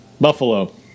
Buffalo